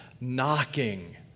knocking